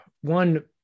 one